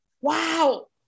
Wow